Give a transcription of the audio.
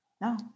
no